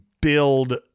build